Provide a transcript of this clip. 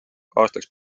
aastaks